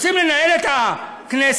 רוצים לנהל את הכנסת,